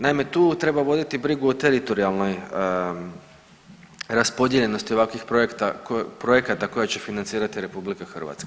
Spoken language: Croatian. Naime, tu treba voditi brigu o teritorijalnoj raspodijeljenosti ovakvih projekata koje će financirati RH.